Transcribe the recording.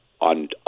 on